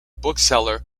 bookseller